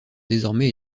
désormais